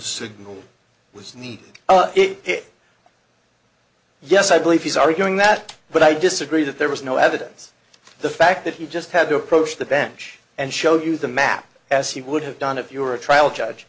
signal was needed it yes i believe he's arguing that but i disagree that there was no evidence the fact that he just had to approach the bench and show you the map as he would have done if you were a trial judge